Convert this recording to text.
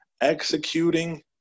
executing